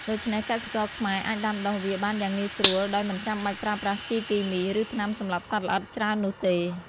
ដូច្នេះកសិករខ្មែរអាចដាំដុះវាបានយ៉ាងងាយស្រួលដោយមិនចាំបាច់ប្រើប្រាស់ជីគីមី ឬថ្នាំសម្លាប់សត្វល្អិតច្រើននោះទេ។